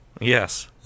Yes